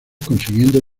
consiguiendo